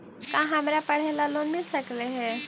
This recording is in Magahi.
का हमरा पढ़े ल लोन मिल सकले हे?